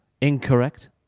Incorrect